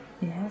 Yes